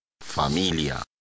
Familia